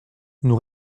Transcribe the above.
nous